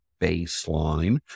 baseline